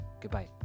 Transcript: goodbye